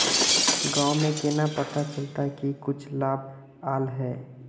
गाँव में केना पता चलता की कुछ लाभ आल है?